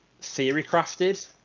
theory-crafted